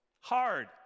Hard